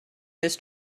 this